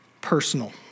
personal